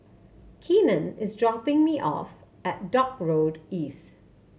Keenan is dropping me off at Dock Road East